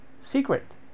secret